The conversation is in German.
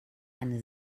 eine